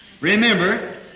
Remember